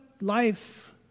life